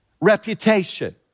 reputation